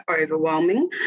overwhelming